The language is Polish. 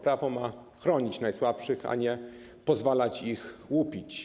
Prawo ma chronić najsłabszych, a nie pozwalać ich łupić.